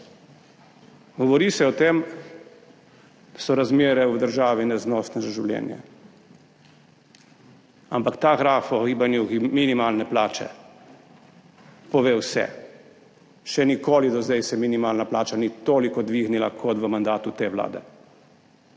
Govori se o tem, da so razmere v državi neznosne za življenje, ampak ta graf o gibanju minimalne plače /na projekciji/ pove vse. Še nikoli do zdaj se minimalna plača ni toliko dvignila kot v mandatu te vlade.